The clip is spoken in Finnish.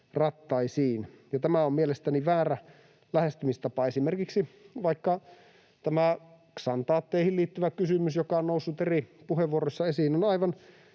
rattaisiin. Tämä on mielestäni väärä lähestymistapa. Esimerkiksi vaikka tämä ksantaatteihin liittyvä kysymys, joka on noussut eri puheenvuoroissa esiin, on sinänsä